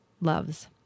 loves